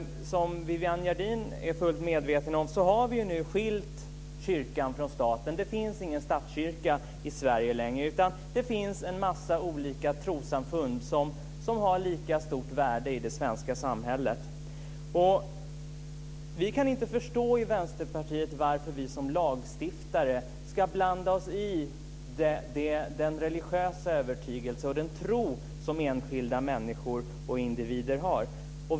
Som Viviann Gerdin är fullt medveten om har vi skilt kyrkan från staten, det finns ingen statskyrka i Sverige längre, utan det finns en mängd olika trossamfund som har lika stort värde i det svenska samhället. Vi kan inte förstå i Vänsterpartiet varför vi som lagstiftare ska blanda oss i den religiösa övertygelse och den tro som enskilda människor och individer har.